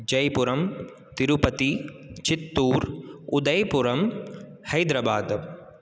जयपुरं तिरुपति चित्तूर् उदयपुरं हैद्राबाद